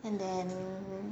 and then